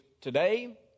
today